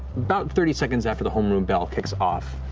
about thirty seconds after the homeroom bell kicks off.